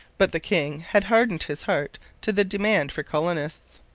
but the king had hardened his heart to the demand for colonists.